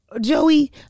Joey